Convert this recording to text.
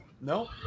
no